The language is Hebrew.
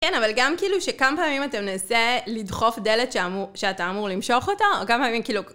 כן, אבל גם כאילו שכמה פעמים אתם מנסה לדחוף דלת שאתה אמור למשוך אותה, או כמה פעמים כאילו...